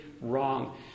wrong